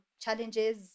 challenges